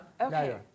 Okay